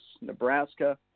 Nebraska